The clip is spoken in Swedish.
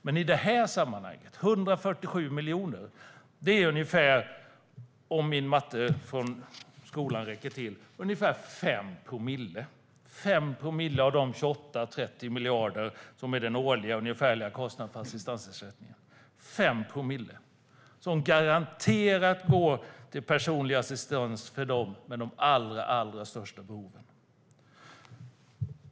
Men i det här sammanhanget är 147 miljoner - om min matte från skolan räcker till - ungefär 5 promille av de 28-30 miljarder som är den ungefärliga årliga kostnaden för assistansersättningen. Det är 5 promille som garanterat går till personlig assistans för dem med de allra största behoven.